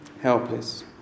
helpless